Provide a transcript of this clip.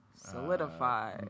Solidify